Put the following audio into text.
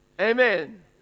Amen